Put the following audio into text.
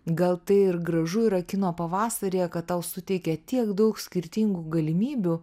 gal tai ir gražu yra kino pavasaryje kad tau suteikia tiek daug skirtingų galimybių